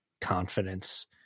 confidence